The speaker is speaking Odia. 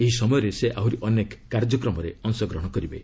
ଏହି ସମୟରେ ସେ ଆହୁରି ଅନେକ କାର୍ଯ୍ୟକ୍ରମରେ ଅଂଶଗ୍ରହଣ କରିବେ